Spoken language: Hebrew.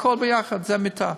הכול יחד זה מיטה.